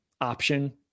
option